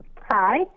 Hi